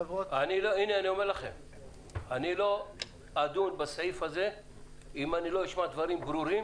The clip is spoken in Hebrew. החברות --- אני לא אדון בסעיף הזה אם לא אשמע דברים ברורים